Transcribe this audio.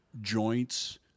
joints